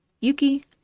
Yuki